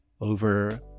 over